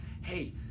hey